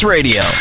Radio